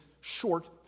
short